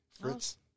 Fritz